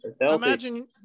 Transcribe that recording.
imagine